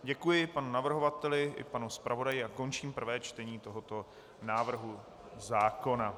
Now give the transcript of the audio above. Děkuji panu navrhovateli i panu zpravodaji a končím prvé čtení tohoto návrhu zákona.